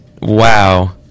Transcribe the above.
Wow